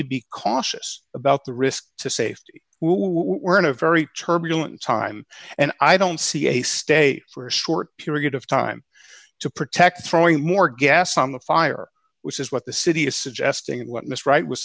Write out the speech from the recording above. to be cautious about the risk to safety we're in a very turbulent time and i don't see a stay for a short period of time to protect throwing more gas on the fire which is what the city is suggesting and what mr wright was